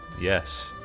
Yes